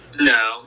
No